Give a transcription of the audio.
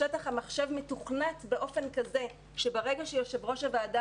בשטח המחשב מתוכנת באופן כזה שברגע שיושב-ראש הוועדה